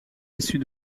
issus